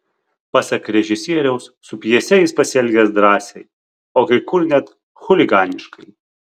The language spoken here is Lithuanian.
pasak režisieriaus su pjese jis pasielgęs drąsiai o kai kur net chuliganiškai